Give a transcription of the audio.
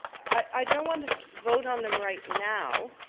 i don't want to vote on them right now.